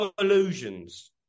illusions